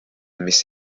mis